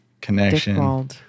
connection